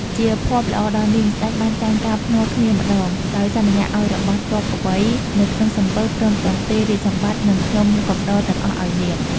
ជាភ័ព្វល្អដល់នាង ស្ដេចបានចាញ់ការភ្នាល់គ្នាម្ដង ដោយសន្យាឲ្យរបស់ទ្រព្យអ្វីនៅក្នុងសំពៅ ព្រមទាំងផ្ទេររាជសម្បត្តិ និងខ្ញុំកំដរទាំងអស់ឲ្យនាង ។